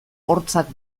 hortzak